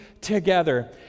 together